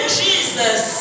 jesus